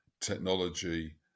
technology